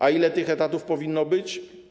A ile tych etatów powinno być?